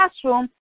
classroom